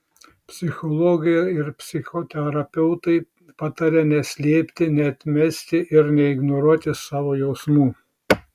psichologai ir psichoterapeutai pataria neslėpti neatmesti ir neignoruoti savo jausmų